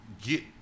get